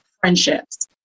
friendships